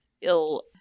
ill